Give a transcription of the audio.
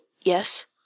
yes